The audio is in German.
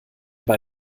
bei